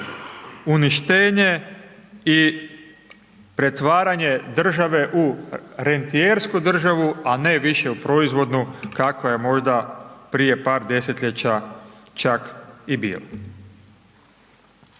uništenje i pretvaranje države u rentijersku državu, a ne više u proizvodnu, kakva je možda prije par desetljeća čak i bila.